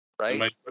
right